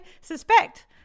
suspect